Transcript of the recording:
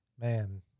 man